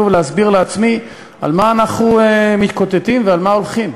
לעצמי על מה אנחנו מתקוטטים ועל מה הולכים.